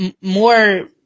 more